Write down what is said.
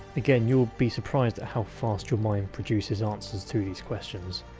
again, you will be surprised at how fast your mind produces answers to those questions.